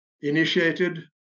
initiated